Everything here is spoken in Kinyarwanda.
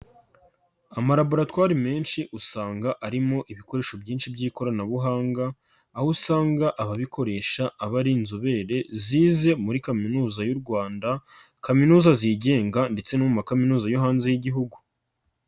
Amalaboratwari menshi usanga arimo ibikoresho byinshi by'ikoranabuhanga aho usanga ababikoresha aba ari inzobere zize muri kaminuza y'u Rwanda, kaminuza zigenga ndetse no mu makaminuza yo hanze y'igihugu.